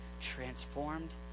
transformed